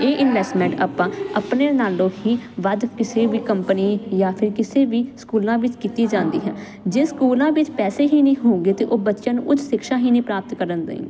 ਇਹ ਇਨਵੈਸਟਮੈਂਟ ਆਪਾਂ ਆਪਣੇ ਨਾਲੋਂ ਹੀ ਵੱਧ ਕਿਸੇ ਵੀ ਕੰਪਨੀ ਜਾਂ ਫਿਰ ਕਿਸੇ ਵੀ ਸਕੂਲਾਂ ਵਿੱਚ ਕੀਤੀ ਜਾਂਦੀ ਹੈ ਜੇ ਸਕੂਲਾਂ ਵਿੱਚ ਪੈਸੇ ਹੀ ਨਹੀਂ ਹੋਗੇ ਤੇ ਉਹ ਬੱਚਿਆਂ ਨੂੰ ਉੱਚ ਸਿੱਖਿਆ ਹੀ ਨਹੀਂ ਪ੍ਰਾਪਤ ਕਰਨ ਦੇਣਗੇ